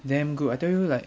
damn good I tell you like